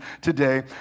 today